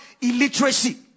illiteracy